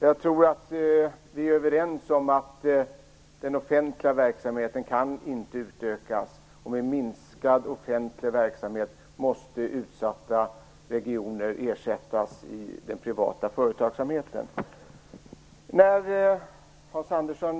Jag tror att vi är överens om att den offentliga verksamheten inte kan utökas, och med minskad offentlig verksamhet måste utsatta regioner ersättas i den privata företagsamheten.